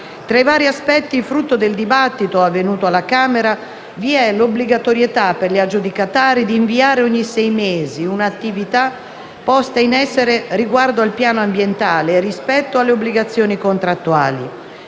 Tra i vari aspetti, frutto del dibattito avvenuto alla Camera, vi è l'obbligatorietà per gli aggiudicatari di inviare ogni sei mesi una relazione sull'attività posta in essere riguardo al piano ambientale e rispetto alle obbligazioni contrattuali.